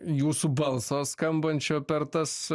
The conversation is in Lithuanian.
jūsų balso skambančio per tas